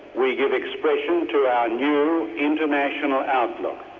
we give expression to our new international outlook.